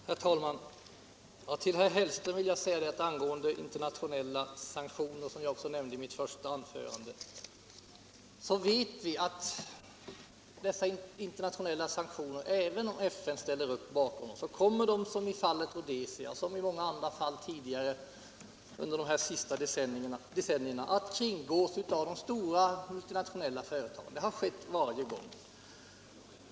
Herr talman! Till herr Hellström vill jag säga att vi vet att internationella sanktioner — även om FN ställer upp bakom dem —- kommer att kringgås av de multinationella företagen som i fallet Rhodesia och många andra fall tidigare under de senaste decennierna. Det har skett varje gång.